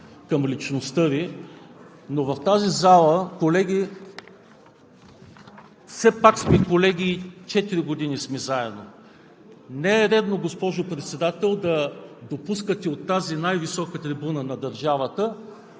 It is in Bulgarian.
към личността Ви. В тази зала, колеги, все пак сме колеги, четири години сме заедно. Не е редно, госпожо Председател, да допускате от тази най-висока трибуна на държавата